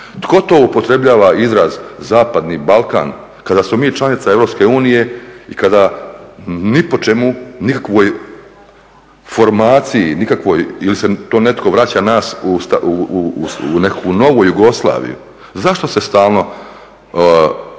to upotrebljava izraz zapadni Balkan kada smo mi članica EU i kada ni po čemu, nikakvoj formaciji, ili se to netko vraća nas u nekakvu novu Jugoslaviju. Zašto se stalno